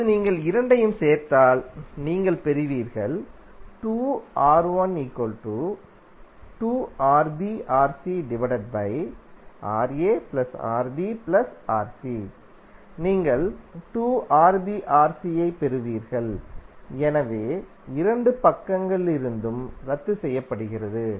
இப்போது நீங்கள் இரண்டையும் சேர்த்தால் நீங்கள் பெறுவீர்கள் நீங்கள் 2RbRc ஐப் பெறுவீர்கள் எனவே 2 இரு பக்கங்களிலிருந்தும் ரத்துசெய்யப்படும்